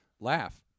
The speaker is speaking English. laugh